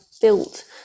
built